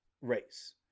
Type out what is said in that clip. race